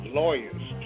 lawyers